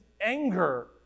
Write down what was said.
anger